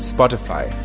Spotify